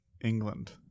England